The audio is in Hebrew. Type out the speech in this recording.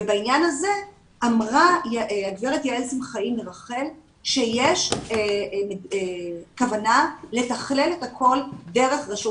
ובעניין הזה אמרה הגב' יעל שמחאי מרח"ל שיש כוונה לתכלל את הכל דרך רשות